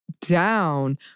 down